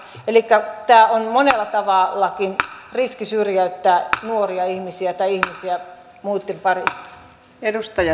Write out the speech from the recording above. eli tämä on monellakin tavalla riski syrjäyttää ihmisiä muitten parista